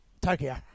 Tokyo